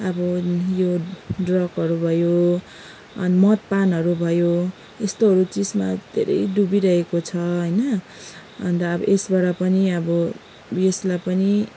अब यो ड्र्रगहरू भयो अनि मदपानहरू भयो यस्तोहरू चिजमा धरै डुबिरहेको छ होइन अन्त अब यसबाट पनि अब यसलाई पनि